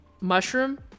mushroom